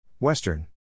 Western